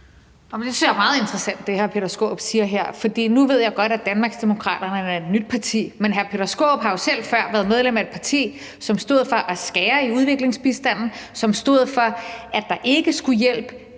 jeg er meget interessant. Nu ved jeg godt, at Danmarksdemokraterne er et nyt parti, men hr. Peter Skaarup har jo selv før været medlem af et parti, som stod for at skære i udviklingsbistanden, og som stod for, at der ikke skulle hjælp